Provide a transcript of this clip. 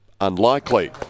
unlikely